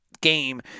game—